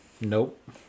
Nope